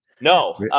no